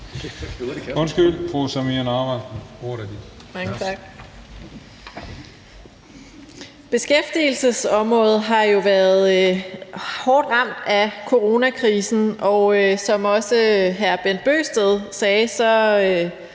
Beskæftigelsesområdet har jo været hårdt ramt af coronakrisen, og som også hr. Bent Bøgsted sagde,